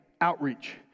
outreach